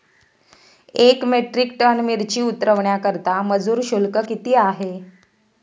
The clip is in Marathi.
एक मेट्रिक टन मिरची उतरवण्याकरता मजूर शुल्क किती आहे?